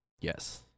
yes